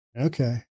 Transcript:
Okay